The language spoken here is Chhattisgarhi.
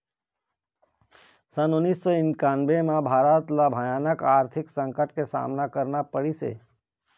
साल उन्नीस सौ इन्कानबें म भारत ल भयानक आरथिक संकट के सामना करना पड़िस हे